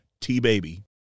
T-Baby